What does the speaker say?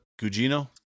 Gugino